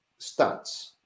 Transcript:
stats